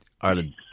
Ireland